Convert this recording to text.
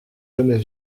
jamais